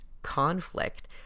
conflict